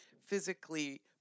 physically